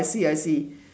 I see I see